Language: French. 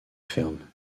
ferme